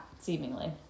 Seemingly